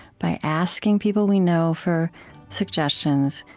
by asking people we know for suggestions,